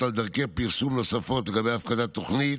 על דרכי פרסום נוספות בדבר הפקדת תוכנית,